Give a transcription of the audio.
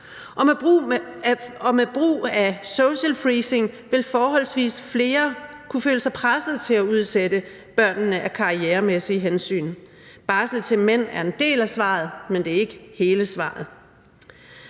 og med muligheden for social freezing vil forholdsvis flere kunne føle sig presset til at udsætte at få børn af karrieremæssige hensyn. Barsel til mænd er en del af er svaret, men det er ikke hele svaret.